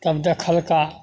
तब देखलका